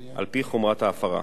על-פי חומרת ההפרה.